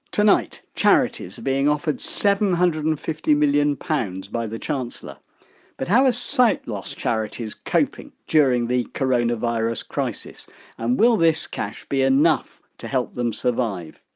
tonight, charities are being offered seven hundred and fifty million pounds by the chancellor but how are ah sight loss charities coping during the coronavirus crisis and will this cash be enough to help them survive?